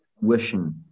wishing